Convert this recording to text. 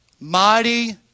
mighty